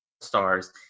stars